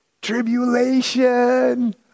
tribulation